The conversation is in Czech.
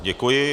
Děkuji.